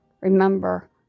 Remember